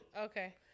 Okay